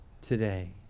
today